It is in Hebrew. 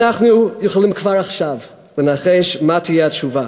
אנחנו יכולים כבר עכשיו לנחש מה תהיה התשובה,